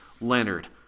Leonard